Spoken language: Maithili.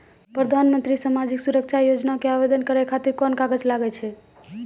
प्रधानमंत्री समाजिक सुरक्षा योजना के आवेदन करै खातिर कोन कागज लागै छै?